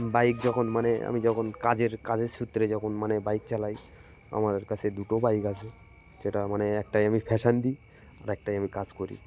bike যখন মানে আমি যখন কাজের কাজের সূত্রে যখন মানে বাইক চালাই আমার কাছে দুটো বাইক আছে সেটা মানে একটাই আমি ফ্যাশান দিই আর একটাই আমি কাজ করি